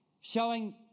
showing